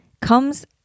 comes